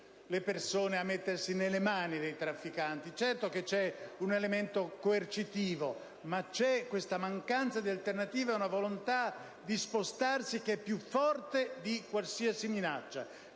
le persone a mettersi nelle mani dei trafficanti. Certo che c'è un elemento coercitivo, ma tale mancanza di alternativa e la volontà di spostarsi sono più forti di qualsiasi minaccia,